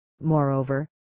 Moreover